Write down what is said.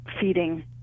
feeding